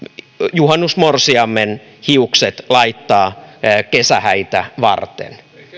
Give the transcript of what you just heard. juhannusmorsiamen hiukset kesähäitä varten